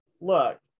look